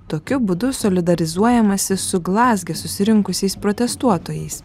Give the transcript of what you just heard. tokiu būdu solidarizuojamasi su glazge susirinkusiais protestuotojais